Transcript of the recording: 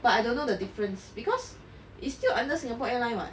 but I don't know the difference because it's still under singapore airline [what]